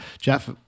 Jeff